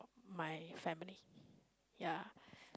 my family ya